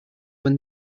when